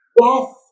Yes